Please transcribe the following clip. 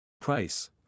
Price